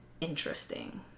interesting